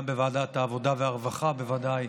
גם בוועדת העבודה והרווחה, בוודאי,